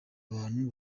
abantu